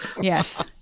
Yes